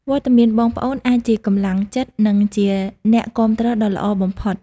វត្តមានបងប្អូនអាចជាកម្លាំងចិត្ត និងជាអ្នកគាំទ្រដ៏ល្អបំផុត។